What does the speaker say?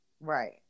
right